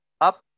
up